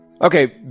Okay